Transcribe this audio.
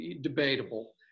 debatable